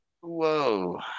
Whoa